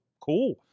cool